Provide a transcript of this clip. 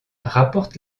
rapporte